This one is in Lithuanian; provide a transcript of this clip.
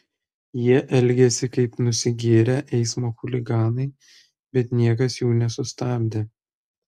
jie elgėsi kaip nusigėrę eismo chuliganai bet niekas jų nesustabdė